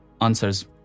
answers